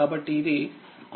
కాబట్టి ఇదిRThVTh 2